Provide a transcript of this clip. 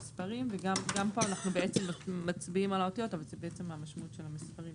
גם פה אנחנו מצביעים על האותיות אבל זה בעצם המשמעות של המספרים.